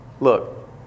Look